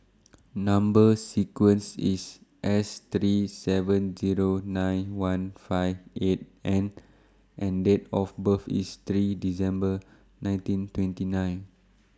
Number sequence IS S three seven Zero nine one five eight N and Date of birth IS three December nineteen twenty nine